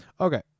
Okay